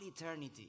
eternity